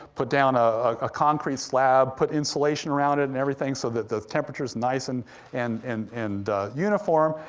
put down a ah concrete slab, put insulation around it, and everything so that the temperature's nice and and and and uniform,